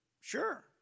Sure